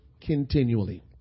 continually